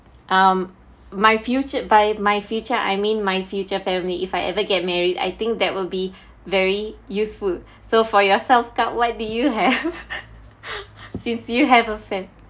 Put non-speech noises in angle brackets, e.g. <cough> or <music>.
um my future by my future I mean my future family if I ever get married I think that will be very useful so for yourself kak what did you have <laughs> since you have a fam~